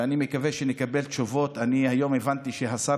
ואני מקווה שנקבל תשובות היום הבנתי שהשר